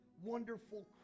wonderful